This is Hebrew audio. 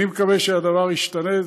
אני מקווה שהדבר ישתנה.